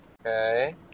Okay